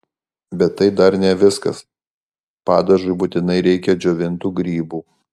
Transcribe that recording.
bet tai dar ne viskas padažui būtinai reikia džiovintų grybų